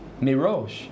Mirosh